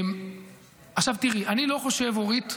עכשיו, תראי, אורית,